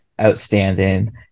outstanding